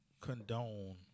condone